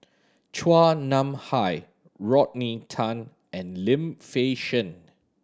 Chua Nam Hai Rodney Tan and Lim Fei Shen